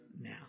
now